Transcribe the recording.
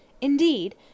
Indeed